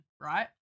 right